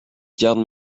garde